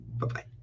Bye-bye